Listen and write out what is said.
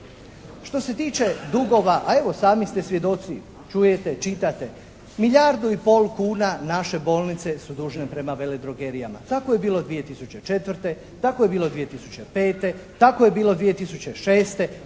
Što se tiče dugova a evo sami ste svjedoci, čujete, čitate. Milijardu i pol kuna naše bolnice su dužne prema veledrogerijama. Tako je bilo 2004., tako je bilo 2005., tako je bilo 2006.,